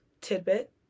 tidbit